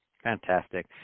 Fantastic